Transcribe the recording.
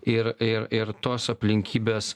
ir ir ir tos aplinkybės